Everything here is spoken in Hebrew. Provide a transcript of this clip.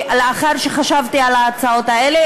לאחר שחשבתי על ההצעות האלה,